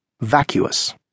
vacuous